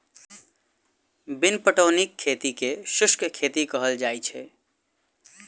बिन पटौनीक खेती के शुष्क खेती कहल जाइत छै